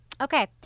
Okay